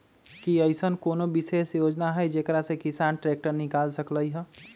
कि अईसन कोनो विशेष योजना हई जेकरा से किसान ट्रैक्टर निकाल सकलई ह?